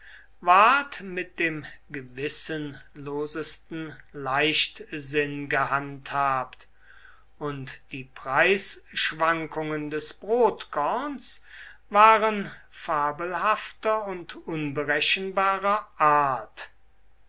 ward mit dem gewissenlosesten leichtsinn gehandhabt und die preisschwankungen des brotkorns waren fabelhafter und unberechenbarer art